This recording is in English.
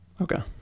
okay